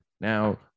now